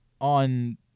on